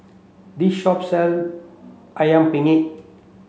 this shop sell Ayam Penyet